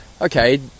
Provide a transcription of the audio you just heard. okay